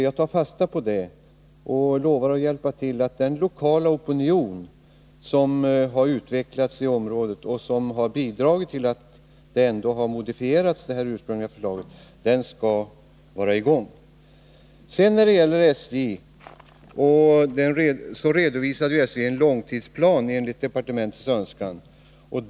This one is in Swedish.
Jag tar fasta på det och lovar hjälpa till — den lokala opinion som har utvecklats i området och som har bidragit till att det ursprungliga förslaget har modifierats skall vara i gång. SJ har redovisat en långtidsplan enligt departementets önskan.